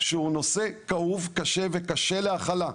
שהוא נושא כאוב, קשה וקשה להכלה,